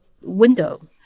window